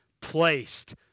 placed